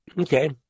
Okay